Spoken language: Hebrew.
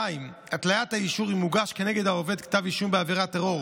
2. התליית האישור אם הוגש כנגד העובד כתב אישום בעבירת טרור